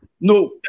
No